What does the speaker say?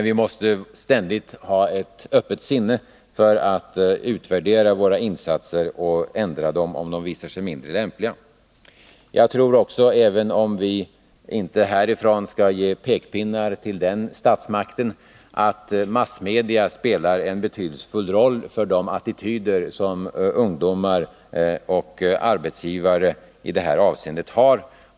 Vi måste ständigt ha ett öppet sinne för att utvärdera våra insatser och ändra dem om de visar sig mindre lämpliga. Jag tror att massmedia — även om vi inte härifrån skall komma med pekpinnar mot den statsmakten — spelar en betydelsefull roll för de attityder som ungdomar och arbetsgivare i det här avseendet har.